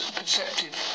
perceptive